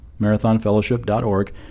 marathonfellowship.org